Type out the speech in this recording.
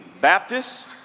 Baptists